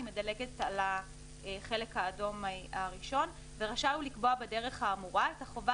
מדלגת על החלק האדום הראשון: "ורשאי הוא לקבוע בדרך האמורה את החובה